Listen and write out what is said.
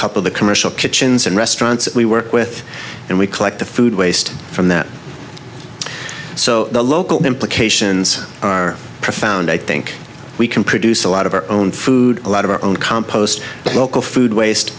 couple the commercial kitchens and restaurants that we work with and we collect the food waste from that so the local implications are profound i think we can produce a lot of our own food a lot of our own compost local food waste